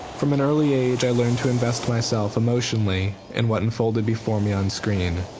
from an early age i learned to invest myself emotionally in what unfolded before me on screen.